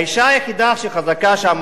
האשה היחידה שחזקה שם,